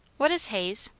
what is haze?